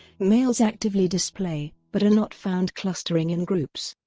males actively display, but are not found clustering in groups.